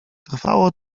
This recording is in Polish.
trwało